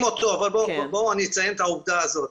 אותו אבל בואו אני אציין את העובדה הזאת.